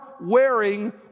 wearing